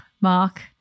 Mark